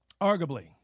arguably